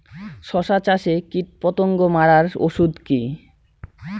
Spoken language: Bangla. শসা চাষে কীটপতঙ্গ মারার ওষুধ কি?